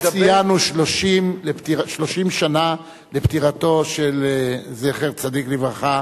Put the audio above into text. היום ציינו 30 שנה לפטירתו של זכר צדיק לברכה,